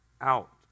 out